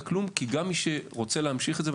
אם רוצים להמשיך ביישום של התוכנית הזאת,